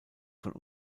von